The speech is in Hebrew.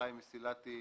חיים מסילתי,